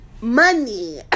money